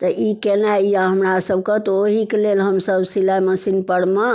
तऽ ई केनाइयै हमरा सबके तऽ ओहिके लेल हमसब सिलाइ मशीन परमे